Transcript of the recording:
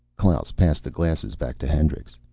klaus passed the glasses back to hendricks.